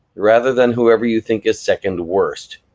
rather than whoever you think is second worst.